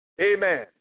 amen